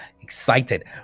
excited